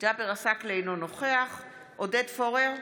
אינו נוכח עודד פורר,